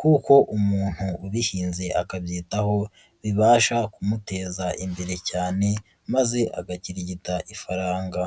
kuko umuntu ubihinze akabyitaho bibasha kumuteza imbere cyane maze agakirigita ifaranga.